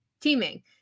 teaming